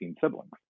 siblings